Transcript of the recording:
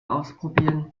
ausprobieren